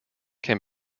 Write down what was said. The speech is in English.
can